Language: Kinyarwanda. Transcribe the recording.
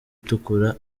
itukura